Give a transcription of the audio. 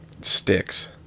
Sticks